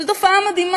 זו תופעה מדהימה.